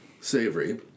savory